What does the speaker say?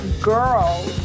girl